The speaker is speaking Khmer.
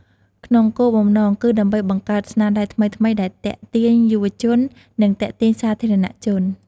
ក្នុងគោលបំណង គឺដើម្បីបង្កើតស្នាដៃថ្មីៗដែលទាក់ទាញយុវជន និងទាក់ទាញសាធារណៈជន។